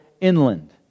inland